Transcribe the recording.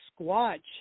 Squatch